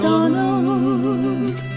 Donald